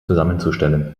zusammenzustellen